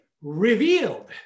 revealed